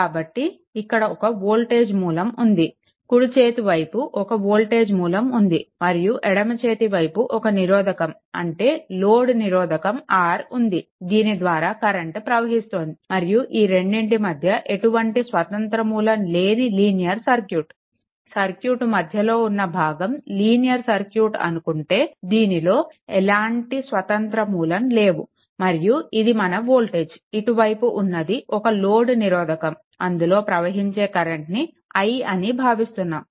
కాబట్టి ఇక్కడ ఒక వోల్టేజ్ మూలం ఉంది కుడి చేతి వైపు ఒక వోల్టేజ్ మూలం ఉంది మరియు ఎడమ చేతి వైపు ఒక నిరోధకం అంటే లోడ్ నిరోధకం R ఉంద దీని ద్వారా కరెంట్ ప్రవహిస్తోంది మరియు ఈ రెండిటి మధ్య ఎటువంటి స్వతంత్ర మూలం లేని లీనియర్ సర్క్యూట్ సర్క్యూట్ మధ్యలో ఉన్న భాగం లీనియర్ సర్క్యూట్ అనుకుంటే దీనిలో ఎలాంటి స్వతంత్ర మూలం లేవు మరియు ఇది మన వోల్టేజ్ ఇటు వైపు ఉన్నది ఒక లోడ్ నిరోధకం అందులో ప్రవహించే కరెంట్ని i అని భావిస్తున్నాము